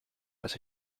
was